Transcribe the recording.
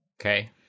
Okay